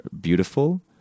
beautiful